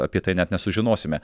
apie tai net nesužinosime